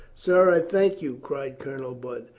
sir, i thank you, cried colonel budd.